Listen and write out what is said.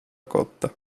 cotta